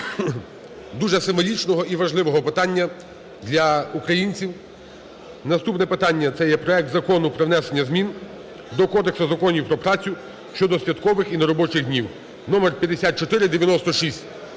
дуже символічного і важливого питання для українців. Наступне питання, це є проект Закону про внесення змін до Кодексу законів про працю щодо святкових і неробочих днів (№ 5496).